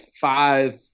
five